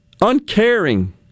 uncaring